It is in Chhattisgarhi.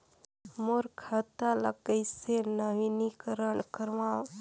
मोर खाता ल कइसे नवीनीकरण कराओ?